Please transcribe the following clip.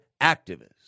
activists